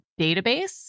database